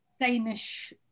Danish